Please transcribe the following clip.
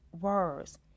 words